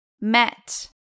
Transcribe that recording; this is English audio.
met